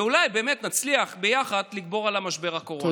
ואולי באמת נצליח ביחד לגבור על משבר הקורונה.